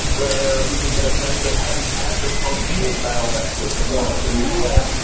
where we can get a sense of how the average home school child actually performs. in the us,